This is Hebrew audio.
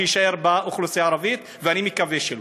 שיישאר באוכלוסייה הערבית, ואני מקווה שלא.